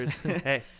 hey